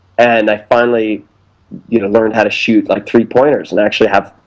and i finally you know learned how to shoot like three pointers and actually have,